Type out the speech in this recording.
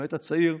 למעט ה"צעיר",